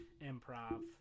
improv